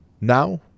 Now